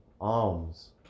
alms